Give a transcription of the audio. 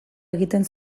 egiten